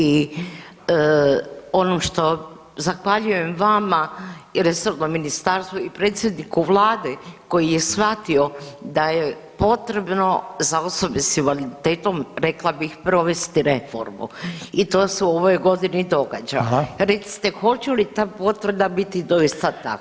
I ono što zahvaljujem vama i resornom ministarstvu i predsjedniku Vlade koji je shvatio da je potrebno sa osobe s invaliditetom rekla bih provesti reformu i to se u ovoj godini događa [[Upadica Reiner: Hvala.]] Recite hoće li ta potvrda biti doista takva?